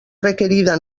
requerida